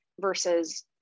versus